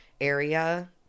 area